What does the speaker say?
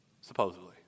supposedly